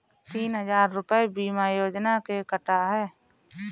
तीन हजार रूपए बीमा योजना के कटा है